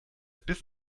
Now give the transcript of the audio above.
bis